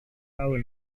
tahun